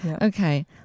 Okay